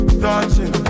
touching